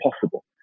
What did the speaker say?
possible